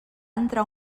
entrar